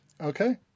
Okay